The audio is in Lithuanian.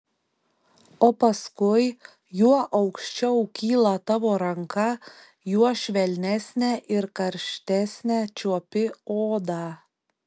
o paskui juo aukščiau kyla tavo ranka juo švelnesnę ir karštesnę čiuopi odą